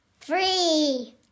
three